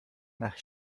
nach